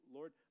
Lord